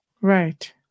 Right